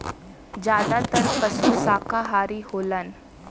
जादातर पसु साकाहारी होलन